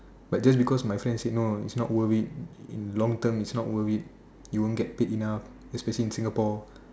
but just because my friend said no it's not worth it in long term it's not worth it you won't get paid enough especially in Singapore